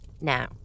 Now